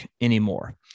anymore